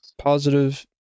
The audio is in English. positive